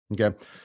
Okay